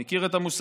הוא מכיר את המושג,